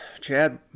Chad